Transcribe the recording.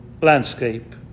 landscape